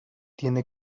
tiene